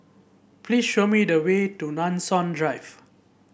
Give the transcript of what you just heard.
please show me the way to Nanson Drive